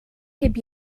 heb